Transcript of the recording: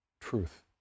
truth